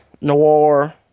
noir